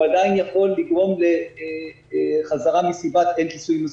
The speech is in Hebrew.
והוא עדיין יכול לגרום לחזרה מסיבת אין כיסוי מספיק,